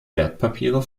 wertpapiere